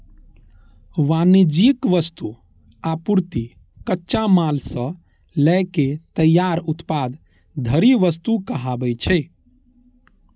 वाणिज्यिक वस्तु, आपूर्ति, कच्चा माल सं लए के तैयार उत्पाद धरि वस्तु कहाबै छै